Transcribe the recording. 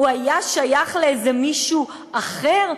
הוא היה שייך לאיזה מישהו אחר?